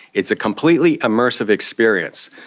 it's a completely immersive experience.